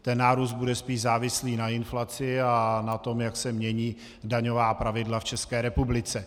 Ten nárůst bude spíš závislý na inflaci a na tom, jak se mění daňová pravidla v České republice.